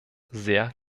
sehr